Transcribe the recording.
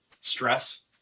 stress